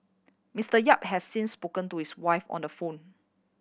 Mister Yap has since spoken to his wife on the phone